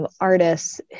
artists